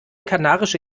kanarische